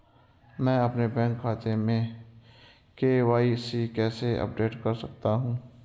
मैं अपने बैंक खाते में के.वाई.सी कैसे अपडेट कर सकता हूँ?